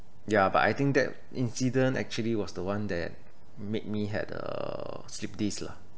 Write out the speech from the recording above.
ya but I think that incident actually was the one that made me had a slipped disc lah